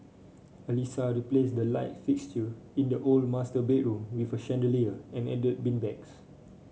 Alissa replaced the light fixture in the old master bedroom with a chandelier and added beanbags